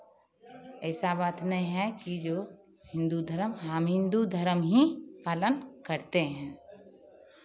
ऐसा बात नहीं है कि जो हिन्दू धर्म हम हिन्दू धर्म ही पालन करते हैं